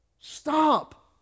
Stop